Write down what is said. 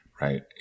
Right